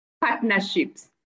partnerships